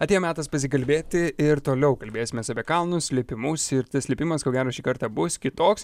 atėjo metas pasikalbėti ir toliau kalbėsimės apie kalnus lipimus ir tas lipimas ko gero šį kartą bus kitoks